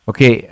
Okay